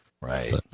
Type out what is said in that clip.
Right